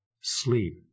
sleep